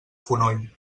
fonoll